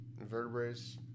invertebrates